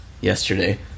yesterday